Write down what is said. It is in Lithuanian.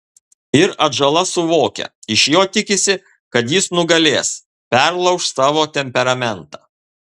ir atžala suvokia iš jo tikisi kad jis nugalės perlauš savo temperamentą